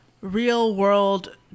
real-world